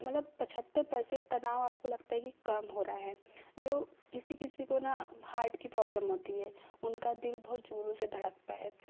मतलब पछत्तर परसेंट तनाव आपको लगता है की कम हो रहा है जो किसी किसी को न हार्ट की प्रॉब्लम होती है उनका दिल बहुत जोरों से धड़कता है